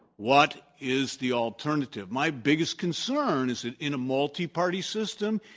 what is the alternative? my biggest concern is that in a multiparty system,